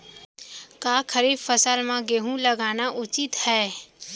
का खरीफ फसल म गेहूँ लगाना उचित है?